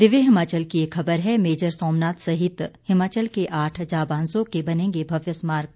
दिव्य हिमाचल की एक खबर है मेजर सोमनाथ सहित हिमाचल के आठ जांबाजों के बनेंगे भव्य स्मारक